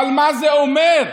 אבל מה זה אומר?